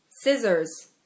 Scissors